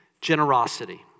Generosity